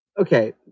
Okay